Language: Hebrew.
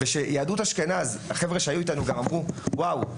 גם החבר'ה שהיו איתנו מיהדות אשכנז אמרו: "וואו,